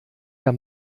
herr